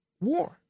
War